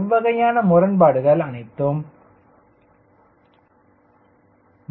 இவ்வகையான முரண்பாடுகள் அனைத்தும் வரும்